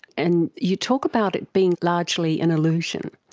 and you talk about it being largely an illusion.